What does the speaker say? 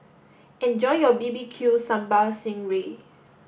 enjoy your B B Q sambal sting ray